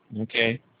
Okay